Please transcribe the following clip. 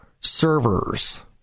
servers